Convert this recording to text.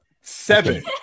Seven